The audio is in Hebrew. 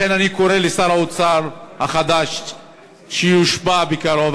לכן אני קורא לשר האוצר החדש שיושבע בקרוב,